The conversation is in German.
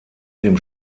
dem